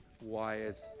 wired